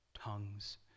tongues